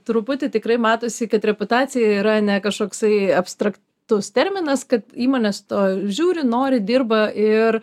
truputį tikrai matosi kad reputacija yra ne kažkoksai abstraktus terminas kad įmonės to žiūri nori dirba ir